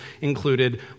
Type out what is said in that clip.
included